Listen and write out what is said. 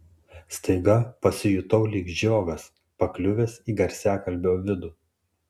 staiga pasijutau lyg žiogas pakliuvęs į garsiakalbio vidų